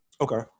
Okay